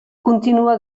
continua